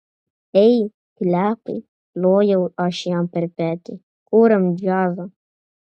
ei klepai plojau aš jam per petį kuriam džiazą